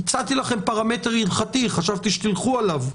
הצעתי לכם פרמטר הלכתי, חשבתי שתלכו עליו.